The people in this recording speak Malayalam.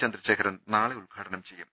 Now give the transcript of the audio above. ചന്ദ്രശേഖരൻ നാളെ ഉദ്ഘാടനം ചെയ്യും